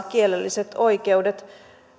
kielelliset oikeudet alueella